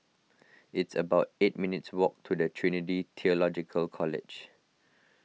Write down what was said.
it's about eight minutes' walk to Trinity theological College